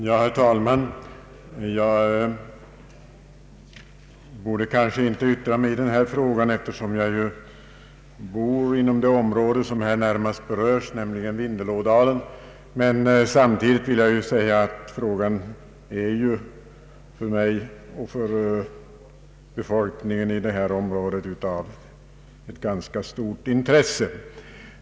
Herr talman! Jag borde kanske inte yttra mig i denna fråga, eftersom jag bor i det område som närmast berörs, nämligen Vindelådalen, men frågan är för mig och för befolkningen i detta område av ganska stort intresse.